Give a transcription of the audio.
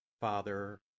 Father